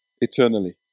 eternally